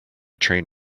train